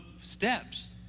steps